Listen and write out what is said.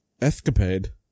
Escapade